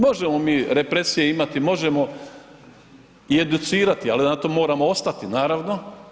Možemo mi represije imati, možemo i educirati ali na tome moramo ostati, naravno.